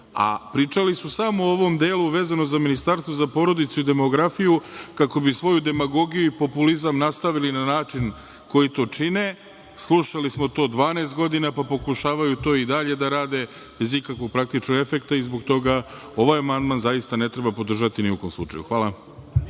Pričali su samo o ovom delu vezano za ministarstvo za porodicu i demografiju kako bi svoju demagogiju i populizam nastavili na način na koji to čine. Slušali smo to 12 godina, pa pokušavaju to i dalje da rade, bez ikakvog praktično efekta i zbog toga ovaj amandman ne treba podržati ni u kom slučaju. Hvala.